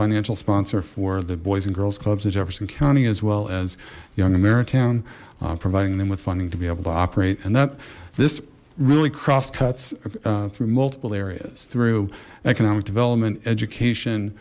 financial sponsor for the boys and girls clubs in jefferson county as well as young american providing them with funding to be able to operate and that this really cross cuts through multiple areas through economic development education